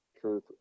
Truth